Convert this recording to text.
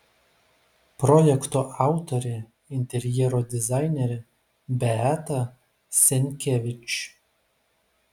projekto autorė interjero dizainerė beata senkevič